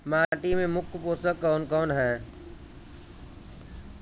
माटी में मुख्य पोषक कवन कवन ह?